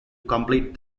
complete